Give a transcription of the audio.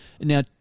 Now